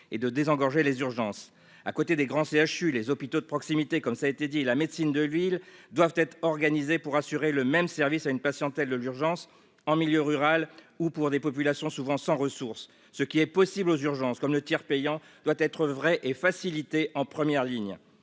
et de désengorger les urgences à côté des grands CHU, les hôpitaux de proximité, comme ça a été dit, la médecine de ville doivent être organisés pour assurer le même service à une patiente, elle le l'urgence en milieu rural ou pour des populations souvent sans ressources, ce qui est possible aux urgences comme le tiers payant doit être vrai et faciliter en première ligne,